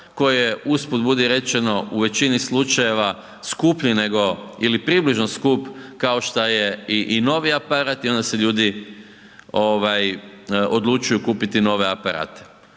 je usput budi rečeno u većini slučajeva skuplji nego ili približno skup kao šta je i novi aparat i onda se ljudi odlučuju kupiti nove aparate.